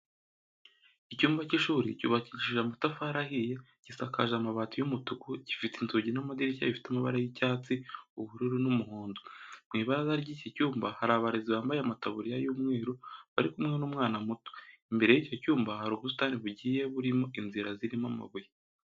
Icyumba cy'ishuri cyubakishije amatafari ahiye, gisakaje amabati y'umutuku, gifite inzugi n'amadirishya bifite amabara y'icyatsi, ubururu n'umuhondo. Mu ibaraza ry'iki cyumba hari abarezi bambaye amataburiya y'umweru bari kumwe n'umwana muto. Imbere y'icyo cyumba hari ubusitani bugiye burimo inzira zirimo amabuye.